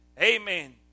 Amen